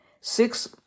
six